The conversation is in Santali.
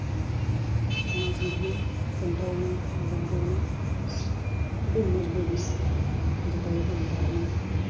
ᱚᱱᱟ ᱥᱟᱝ ᱛᱮᱜᱮ ᱥᱮᱱᱴᱨᱟᱞ ᱨᱮᱱᱟᱜ ᱵᱩᱠ ᱫᱚ ᱚᱱᱮ ᱟᱹᱰᱤ ᱢᱚᱡᱽ ᱵᱳᱭ ᱠᱟᱱᱟ ᱡᱚᱛᱚ ᱦᱚᱲ ᱡᱟᱛᱮ ᱵᱚᱱ ᱯᱟᱲᱦᱟᱜ ᱢᱟ